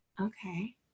Okay